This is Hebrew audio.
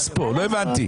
לא הבנתי.